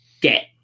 get